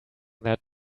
that